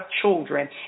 children